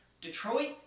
Detroit